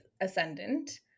ascendant